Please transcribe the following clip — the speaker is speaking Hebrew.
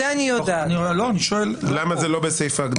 תפקידים זה לא בהגדרות,